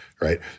right